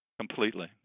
Completely